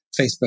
Facebook